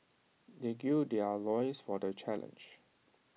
they gird their loins for the challenge